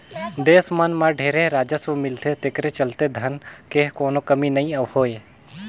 देस मन मं ढेरे राजस्व मिलथे तेखरे चलते धन के कोनो कमी नइ होय